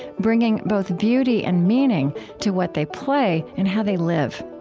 bringing both beauty and meaning to what they play and how they live.